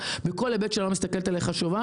בכל היבט שאני לא מסתכלת היא חשובה.